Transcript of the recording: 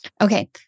Okay